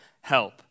help